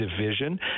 division